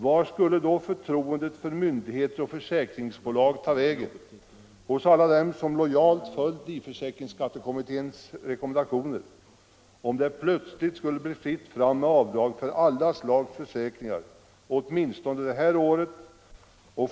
Vart skulle förtroendet för myndigheter och försäkringsbolag ta vägen hos alla dem som lojalt följt livförsäkringsskattekommitténs rekommendationer, om det plötsligt skulle bli fritt fram med avdrag för alla slags försäkringar åtminstone det här året?